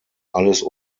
alles